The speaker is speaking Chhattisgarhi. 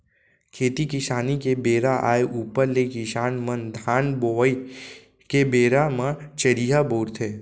खेती किसानी के बेरा आय ऊपर ले किसान मन धान बोवई के बेरा म चरिहा बउरथे